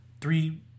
three